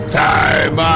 time